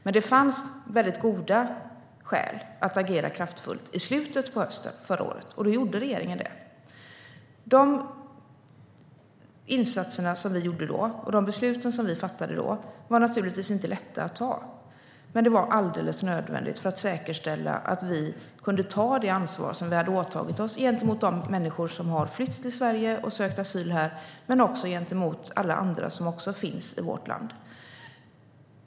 Men det fanns goda skäl att agera kraftfullt i slutet av hösten förra året. Då gjorde regeringen det. De beslut om insatser som fattades då var naturligtvis inte lätta, men det var alldeles nödvändigt för att säkerställa att Sverige kunde ta det ansvar som vi hade åtagit oss gentemot de människor som har flytt till Sverige och sökt asyl här och gentemot alla andra som finns i vårt land.